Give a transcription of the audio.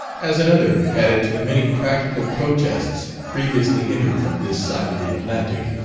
as another added to the many practical protests previously entered from this side of the atlantic,